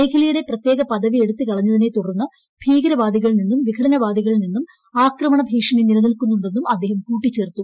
മേഖലയുടെ പ്രത്യേക പദവിഎടുത്തു കളഞ്ഞ തിനെ തുടർന്ന് ഭികരവാദികളിൽ നിന്നുംവിഘടനവാദികളിൽ നിന്നും ആക്രമണ നിലനിൽക്കുന്നുണ്ടെന്നുംഅദ്ദേഹംകൂട്ടിച്ചേർത്തു